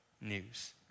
news